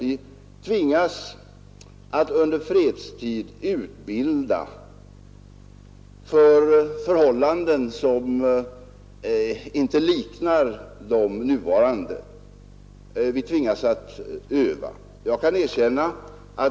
Vi tvingas att under fredstid utbilda för förhållanden som inte liknar de nuvarande, vi tvingas att öva.